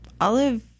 Olive